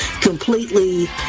completely